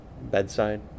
bedside